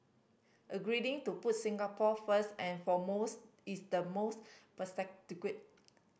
agreeing to put Singapore first and foremost is the most